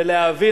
ולהבין,